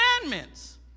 commandments